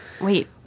Wait